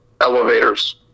elevators